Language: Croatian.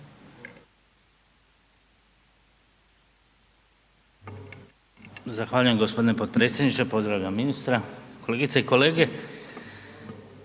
Zahvaljujem gospodine potpredsjedniče, pozdravljam ministra, kolegice i kolege.